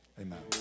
Amen